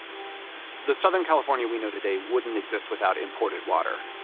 the southern california we know today wouldn't exist without imported water.